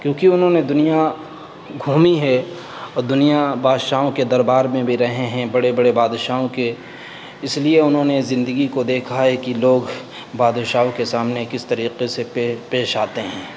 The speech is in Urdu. کیونکہ انہوں نے دنیا گھومی ہے اور دنیا بادشاہوں کے دربار میں بھی رہے ہیں بڑے بڑے بادشاہوں کے اس لیے انہوں نے زندگی کو دیکھا ہے کہ لوگ بادشاہوں کے سامنے کس طریقے سے پے پیش آتے ہیں